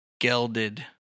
gelded